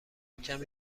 کمی